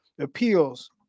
appeals